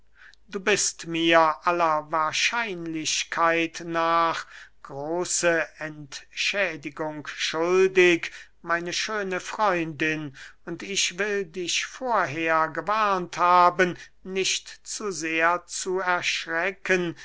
du bist mir aller wahrscheinlichkeit nach große entschädigung schuldig meine schöne freundin und ich will dich vorher gewarnt haben nicht zu sehr zu erschrecken